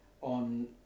on